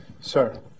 Sir